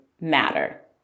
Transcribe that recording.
matter